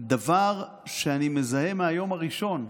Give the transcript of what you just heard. דבר שאני מזהה מהיום הראשון,